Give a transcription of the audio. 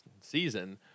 season